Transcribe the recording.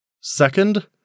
Second